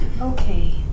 Okay